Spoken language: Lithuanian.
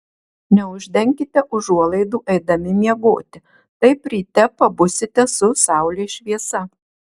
neuždenkite užuolaidų eidami miegoti taip ryte pabusite su saulės šviesa